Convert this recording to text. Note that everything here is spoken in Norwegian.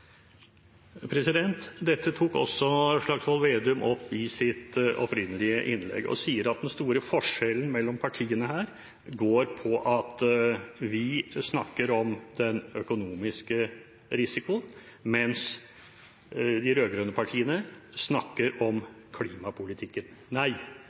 Dette tok Slagsvold Vedum også opp i sitt opprinnelige innlegg, og han sier den store forskjellen mellom partiene her går på at vi snakker om den økonomiske risikoen, mens de rød-grønne partiene snakker om klimapolitikken. Nei, det er ikke forskjellen i